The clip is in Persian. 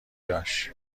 داشت